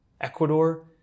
Ecuador